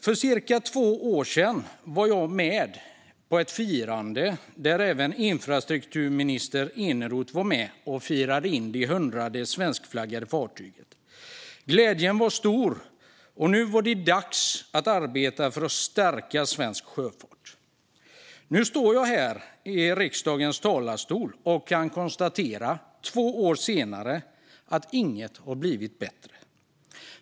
För cirka två år sedan var jag tillsammans med infrastrukturminister Eneroth med och firade in det hundrade svenskflaggade fartyget. Glädjen var stor, och nu var det dags att arbeta för att stärka svensk sjöfart. Nu, två år senare, står jag här i riksdagens talarstol och kan konstatera att inget har blivit bättre.